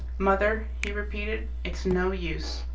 mother, he repeated, it's no use.